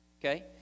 Okay